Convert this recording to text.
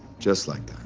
just like